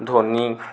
Dhoni